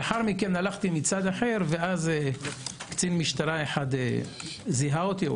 לאחר מכן הלכתי מצד אחר ואז קצין משטרה זיהה אותי,